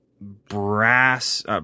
brass